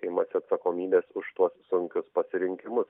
imasi atsakomybės už tuos sunkius pasirinkimus